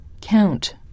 count